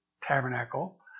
tabernacle